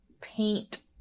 paint